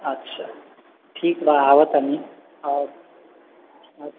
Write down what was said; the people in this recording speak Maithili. अच्छा ठीक बा आवतानि